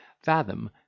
Fathom